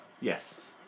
Yes